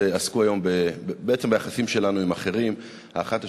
עסקו היום בעצם ביחסים שלנו עם אחרים: האחת,